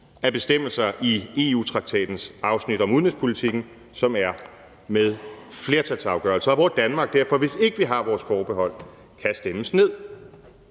af bestemmelser i EU-traktatens afsnit om udenrigspolitikken, som er med flertalsafgørelser, og hvor Danmark derfor, hvis ikke vi har vores forbehold, kan stemmes ned.